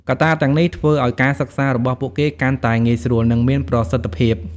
កត្តាទាំងនេះធ្វើឱ្យការសិក្សារបស់ពួកគេកាន់តែងាយស្រួល និងមានប្រសិទ្ធភាព។